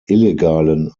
illegalen